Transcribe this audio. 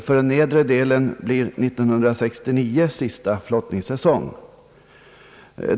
För den nedre delen blir 1969 sista flottningssäsong.